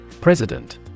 President